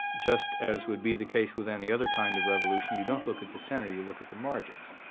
just as would be the case with any other kind of revolution, you don't look at the centre, you look at the margins.